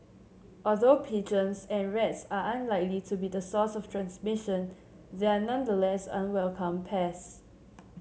although pigeons and rats are unlikely to be the source of transmission they are nonetheless unwelcome pests